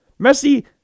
Messi